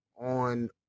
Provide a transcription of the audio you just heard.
on